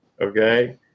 Okay